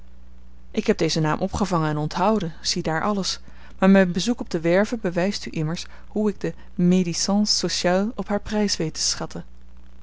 ik heb dezen naam opgevangen en onthouden ziedaar alles maar mijn bezoek op de werve bewijst u immers hoe ik de médisances sociales op haar prijs weet te schatten